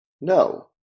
No